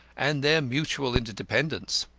and their mutual interdependence.